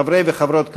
חברי וחברות הכנסת,